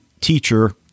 teacher